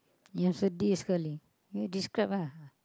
yang sedih sekali you describe ah